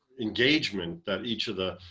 engagement that each of the